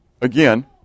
Again